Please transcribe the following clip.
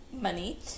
money